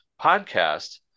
podcast